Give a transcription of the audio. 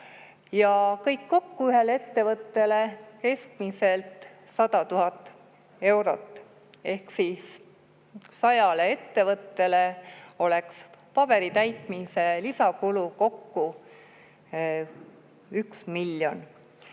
ja kõik kokku ühele ettevõttele keskmiselt 100 000 eurot. Ehk siis 100 ettevõttele oleks paberi täitmise lisakulu kokku üks miljon. Kui